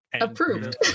approved